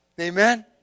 Amen